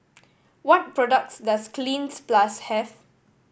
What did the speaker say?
what products does Cleanz Plus have